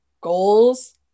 goals